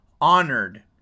honored